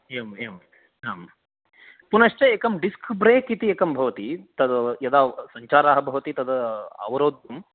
एवम् एवम् आं पुनश्च एकं डिस्क् ब्रेक् इति एकं भवति तद् यदा सञ्चारः भवति तद् अवरिद्धुं